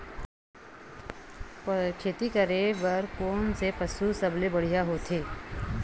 खेती करे बर कोन से पशु सबले बढ़िया होथे?